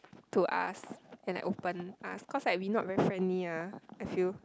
to us and like open us cause like we not very friendly ah I feel